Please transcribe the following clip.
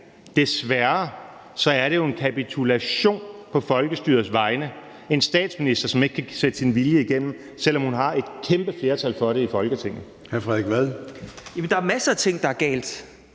desværre – er det jo en kapitulation på folkestyrets vegne. Det er en statsminister, som ikke kan sætte sin vilje igennem, selv om hun har et kæmpe flertal for det i Folketinget. Kl. 20:44 Formanden (Søren